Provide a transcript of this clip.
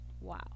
Wow